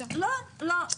לא.